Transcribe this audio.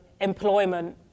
employment